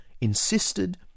Insisted